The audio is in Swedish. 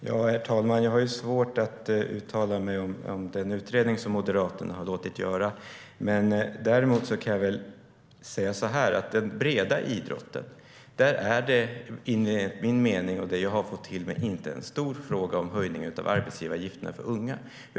Herr talman! Jag har svårt att uttala mig om den utredning som Moderaterna har låtit göra. Däremot kan jag säga så här: Inom den breda idrotten är höjningen av arbetsgivaravgifterna för unga, enligt min mening och det jag har fått till mig, inte en stor fråga.